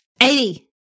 80%